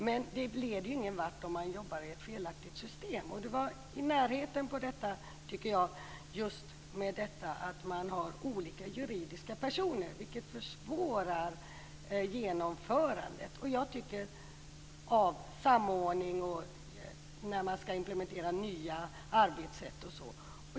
Men det leder ingen vart om man jobbar i ett felaktigt system. Detta att man har olika juridiska personer försvårar genomförandet av samordning och när man skall implementera nya arbetssätt.